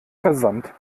versand